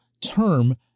term